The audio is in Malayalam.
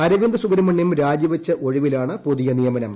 അരവിന്ദ് സുബ്രഹ്മണ്യം രാജി വച്ച ഒഴിവിലാണ് പുതിയ നിയമനം